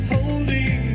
Holding